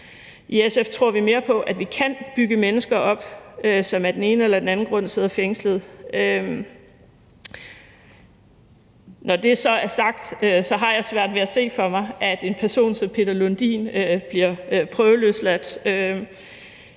I SF tror vi mere på, at vi kan bygge mennesker op, som af den ene eller den anden grund sidder fængslet. Når det så er sagt, har jeg svært ved at se for mig, at en person som Peter Lundin bliver prøveløsladt,